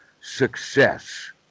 success